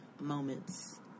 moments